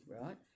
right